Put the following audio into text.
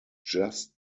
just